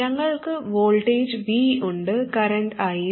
ഞങ്ങൾക്ക് voltage V ഉണ്ട് current I യും